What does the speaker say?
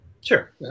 Sure